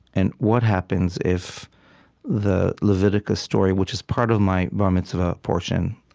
and what happens if the leviticus story, which is part of my bar mitzvah portion,